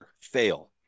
fail